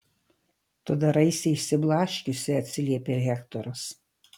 tu daraisi išsiblaškiusi atsiliepia hektoras